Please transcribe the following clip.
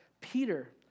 Peter